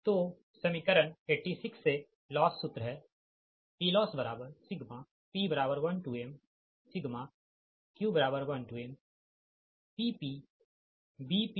तो समीकरण 86 से लॉस सूत्र है PLossp1mq1mPpBpqPq